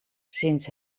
sinds